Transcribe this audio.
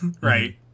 right